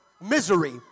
misery